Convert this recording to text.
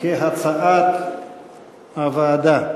כהצעת הוועדה.